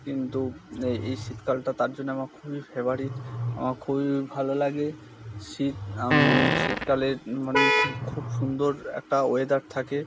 কিন্তু এই শীতকালটা তার জন্য আমার খুবই ফেভারিট আমার খুবই ভালো লাগে শীত শীতকালের মানে খুব খুব সুন্দর একটা ওয়েদার থাকে